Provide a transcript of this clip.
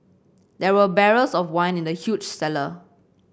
there were barrels of wine in the huge cellar